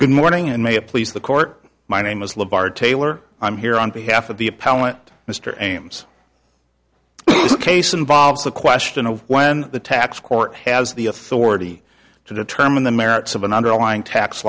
good morning and may it please the court my name is le var taylor i'm here on behalf of the appellant mr ames case involves the question of when the tax court has the authority to determine the merits of an underlying tax